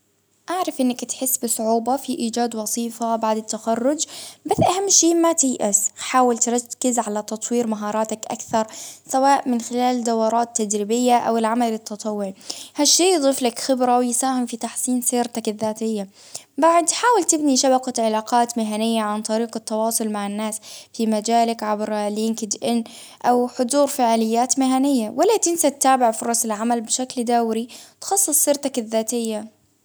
أعرف إنك تحسي بصعوبة في إيجاد وظيفة بعد التخرج، بس أهم شيء ما تيأس، حاول تركز على تطوير مهاراتك أكثر، سواء من خلال دورات تدريبية أو العمل التطوعي، هالشي يضيف لك خبرة، ويساهم في تحسين سيرتك الذاتية، بعد حاول تبني شبكة علاقات مهنية، عن طريق مع الناس في مجالك عبر ليند إن أو حضور فعاليات مهنية، ولا تنسى تتابع فرص العمل بشكل دوري، تخصص سيرتك الذاتية.